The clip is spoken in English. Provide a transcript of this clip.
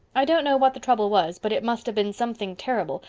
i don't know what the trouble was but it must have been something terrible,